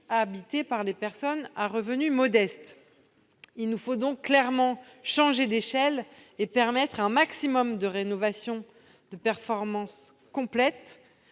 habitées par des personnes aux revenus modestes. Il nous faut donc clairement changer d'échelle et permettre un maximum de rénovations performantes complètes,